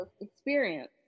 experience